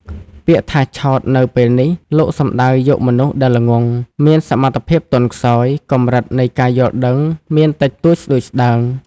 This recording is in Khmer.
ពាក្យថា ឆោត នៅពេលនេះ លោកសំដៅយកមនុស្សដែលល្ងង់ មានសមត្ថភាពទន់ខ្សោយ កម្រិតនៃការយល់ដឹងមានតិចតួចស្ដួចស្ដើង ។